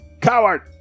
coward